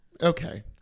Okay